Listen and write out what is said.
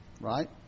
Right